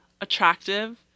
attractive